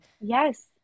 yes